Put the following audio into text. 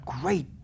great